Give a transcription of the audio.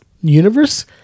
universe